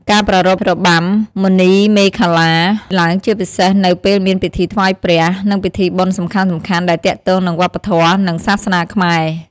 ការប្រារព្ធ របាំមុនីមាឃលា ឡើងជាពិសេសនៅពេលមានពិធីថ្វាយព្រះ និងពិធីបុណ្យសំខាន់ៗដែលទាក់ទងនឹងវប្បធម៌ និងសាសនាខ្មែរ។